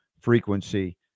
frequency